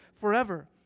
forever